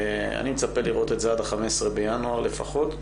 אני מצפה לראות את זה עד 15 בינואר, לפחות,